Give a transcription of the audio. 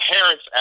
parents